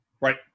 Right